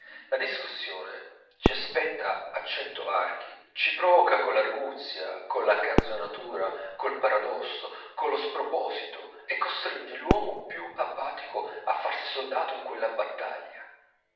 la discussione ci aspetta a cento varchi ci provoca coll'arguzia colla canzonatura col paradosso collo sproposito e costringe l'uomo più apatico a farsi soldato in quella battaglia